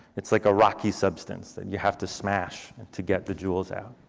it's like a rocky substance that you have to smash to get the jewels out.